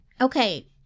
okay